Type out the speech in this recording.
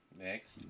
Next